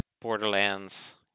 Borderlands